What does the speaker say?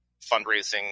fundraising